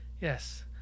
Yes